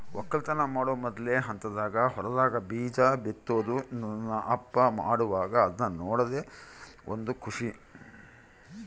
ವಕ್ಕಲತನ ಮಾಡೊ ಮೊದ್ಲನೇ ಹಂತದಾಗ ಹೊಲದಾಗ ಬೀಜ ಬಿತ್ತುದು ನನ್ನ ಅಪ್ಪ ಮಾಡುವಾಗ ಅದ್ನ ನೋಡದೇ ಒಂದು ಖುಷಿ